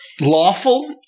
Lawful